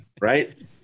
right